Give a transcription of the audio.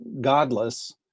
godless